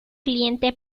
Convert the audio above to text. cliente